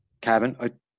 cabin